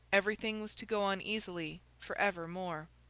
everything was to go on easily for evermore.